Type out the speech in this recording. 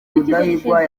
rudahigwa